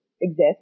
exist